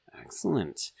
Excellent